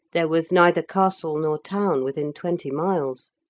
there was neither castle nor town within twenty miles.